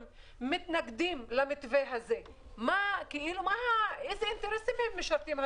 מתנגדים למתווה הזה איזה אינטרסים הם משרתים?